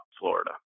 Florida